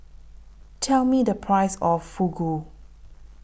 Tell Me The Price of Fugu